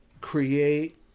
create